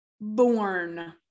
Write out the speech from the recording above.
born